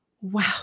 wow